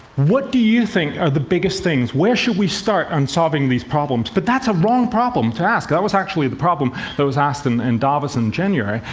what do you think are the biggest things? where should we start on solving these problems? but that's a wrong problem to ask. that was actually the problem that was asked in and davos in january.